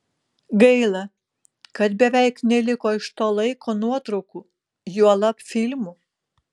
gaila kad beveik neliko iš to laiko nuotraukų juolab filmų